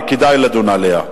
וכדאי לדון עליה,